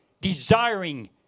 desiring